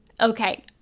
Okay